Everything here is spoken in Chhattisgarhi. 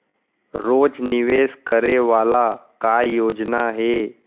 रोज निवेश करे वाला का योजना हे?